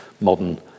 modern